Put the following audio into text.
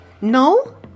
No